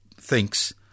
thinks